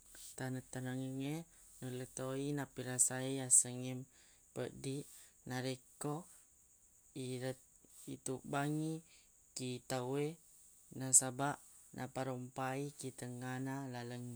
taneng-tanengengnge nulle toi napirasai asengnge peddi narekko ire- itubbangngi ki tauwe nasabaq naparompai ki tengngana lalengnge